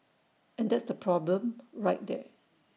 and that's the problem right there